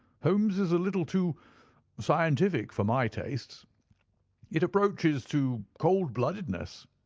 holmes is a little too scientific for my tastes it approaches to cold-bloodedness.